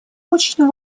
очень